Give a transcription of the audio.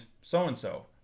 so-and-so